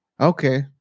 Okay